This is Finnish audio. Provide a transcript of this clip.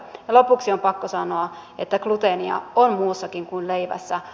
lopuksi on pakko sanoa että gluteenia on muussakin kuin leivässä